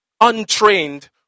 untrained